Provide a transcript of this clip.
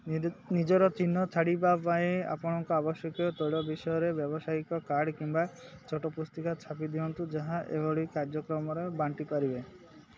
ନିଜର ଚିହ୍ନ ଛାଡ଼ିଯିବା ପାଇଁ ଆପଣଙ୍କ ଆବଶ୍ୟକୀୟ ତୈଳ ବିଷୟରେ ବ୍ୟାବସାୟିକ କାର୍ଡ଼୍ କିମ୍ବା ଛୋଟ ପୁସ୍ତିକା ଛାପି ଦିଅନ୍ତୁ ଯାହା ଏହିଭଳି କାର୍ଯ୍ୟକ୍ରମରେ ବାଣ୍ଟିପାରିବେ